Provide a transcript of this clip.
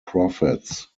prophets